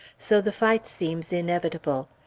so the fight seems inevitable.